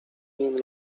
nim